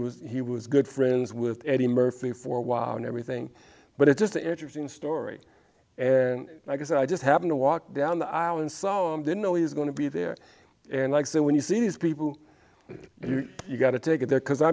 was he was good friends with eddie murphy for a while and everything but it's just an interesting story and i guess i just happened to walk down the aisle and saw him didn't know he was going to be there and like so when you see these people you got to take it